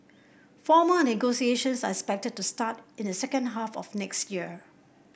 formal negotiations are expected to start in the second half of next year